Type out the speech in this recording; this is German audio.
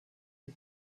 die